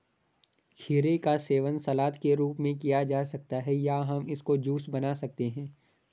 खीरे का सेवन सलाद के रूप में किया जा सकता है या हम इसका जूस बना सकते हैं